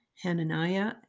Hananiah